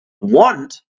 want